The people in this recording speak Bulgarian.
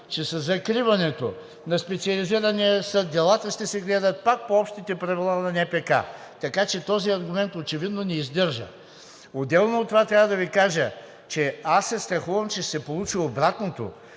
че със закриването на Специализирания съд делата ще се гледат пак по общите правила на НПК. Така че този аргумент очевидно не издържа. Отделно от това, трябва да Ви кажа, че аз се страхувам, че ще се получи обратното,